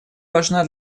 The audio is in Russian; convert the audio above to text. важна